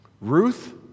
Ruth